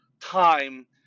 time